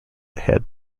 head